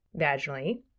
vaginally